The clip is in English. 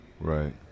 Right